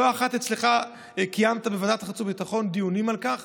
לא אחת קיימת אצלך בוועדת חוץ וביטחון דיונים על כך